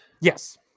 Yes